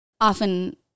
often